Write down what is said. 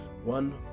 One